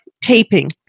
taping